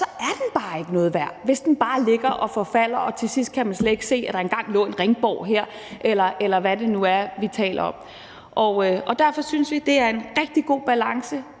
er den bare ikke noget værd, hvis den bare ligger og forfalder, og hvor man til sidst slet ikke kan se, at der engang lå en ringborg her, eller hvad det nu er, vi taler om. Derfor synes vi, det er en rigtig god balance.